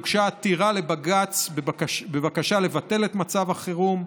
הוגשה עתירה לבג"ץ בבקשה לבטל את מצב החירום.